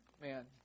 Man